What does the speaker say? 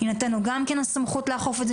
יינתן לו גם כן הסמכות לאכוף את זה.